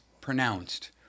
pronounced